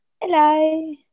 hello